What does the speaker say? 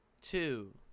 Two